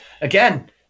Again